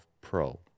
Pro